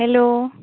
hello